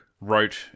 wrote